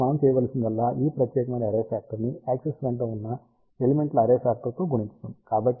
కాబట్టి మనం చేయవలసిందల్లా ఈ ప్రత్యేకమైన అర్రే ఫ్యాక్టర్ ని యాక్సిస్ వెంట ఉన్న ఎలిమెంట్ల అర్రే ఫ్యాక్టర్ తో గుణించడం